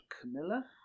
Camilla